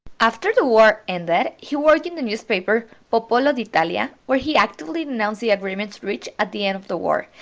after the war and ended, he worked in the newspaper popolo d'italia where he actively denounced the agreements reached at the end of the war,